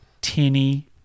tinny